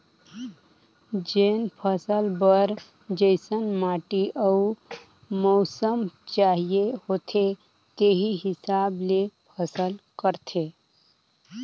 जेन फसल बर जइसन माटी अउ मउसम चाहिए होथे तेही हिसाब ले फसल करथे